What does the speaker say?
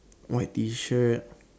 white t shirt